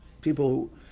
people